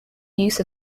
use